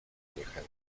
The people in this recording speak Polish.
niechętnie